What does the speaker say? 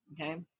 Okay